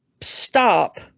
stop